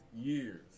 years